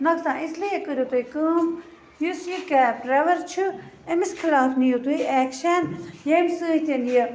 نۄقصان اِسلیے کٔرِو تُہۍ کٲم یُس یہِ کیب ڈرٛایوَر چھُ أمِس خِلاف نِیِو تُہۍ اٮ۪کشَن ییٚمۍ سۭتۍ یہِ